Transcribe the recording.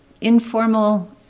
informal